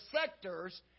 sectors